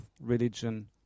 religion